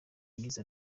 yagize